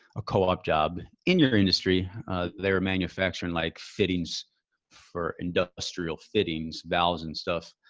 a co-op job in your industry they were manufacturing like fittings for industrial fittings, valves and stuff.